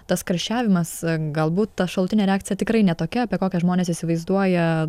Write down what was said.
tas karščiavimas galbūt ta šalutinė reakcija tikrai ne tokia apie kokią žmonės įsivaizduoja